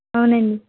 అవునండీ